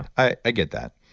i get that.